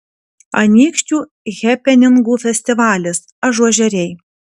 anykščių hepeningų festivalis ažuožeriai